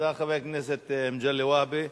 תודה לחבר הכנסת מגלי והבה.